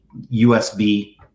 USB